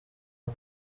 aho